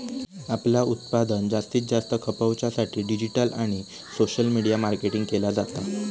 आपला उत्पादन जास्तीत जास्त खपवच्या साठी डिजिटल आणि सोशल मीडिया मार्केटिंग केला जाता